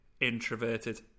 introverted